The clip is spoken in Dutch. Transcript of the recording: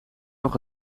nog